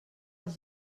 als